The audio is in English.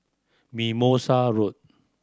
Mimosa Road